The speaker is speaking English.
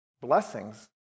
blessings